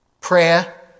prayer